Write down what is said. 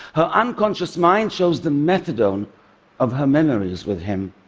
her unconscious mind chose the methadone of her memories with him.